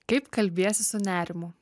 kaip kalbiesi su nerimu